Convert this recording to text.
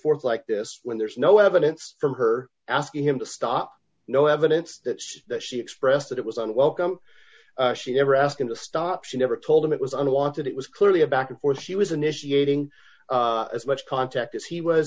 forth like this when there's no evidence from her asking him to stop no evidence that she expressed that it was unwelcome she never asked him to stop she never told him it was unwanted it was clearly a back and forth she was initiating as much contact as he was